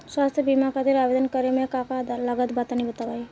स्वास्थ्य बीमा खातिर आवेदन करे मे का का लागत बा तनि बताई?